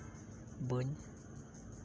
ᱵᱟᱹᱧ